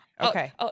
Okay